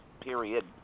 period